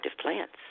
plants